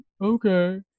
okay